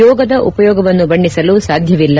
ಯೋಗದ ಉಪಯೋಗವನ್ನು ಬಣ್ಣಿಸಲು ಸಾಧ್ಯವಿಲ್ಲ